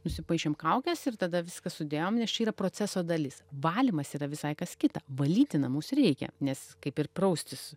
nusipaišėm kaukes ir tada viską sudėjom nes čia yra proceso dalis valymas yra visai kas kita valyti namus reikia nes kaip ir praustis